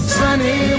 sunny